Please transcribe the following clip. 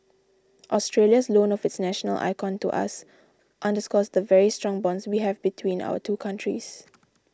Australia's loan of its national icon to us underscores the very strong bonds we have between our two countries